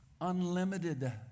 Unlimited